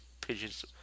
pigeons